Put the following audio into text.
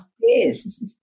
Yes